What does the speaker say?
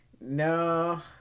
No